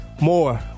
more